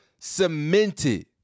cemented